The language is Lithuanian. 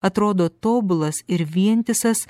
atrodo tobulas ir vientisas